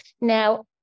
Now